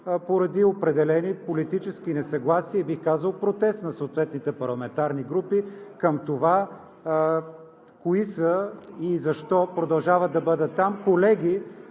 поради определени политически несъгласия и, бих казал, протест на съответните парламентарни групи към това кои са и защо продължават да бъдат там други